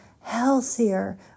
healthier